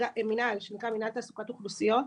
מנהל שנקרא מנהל תעסוקת אוכלוסיות.